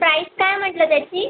price काय आहे म्हटलं त्याची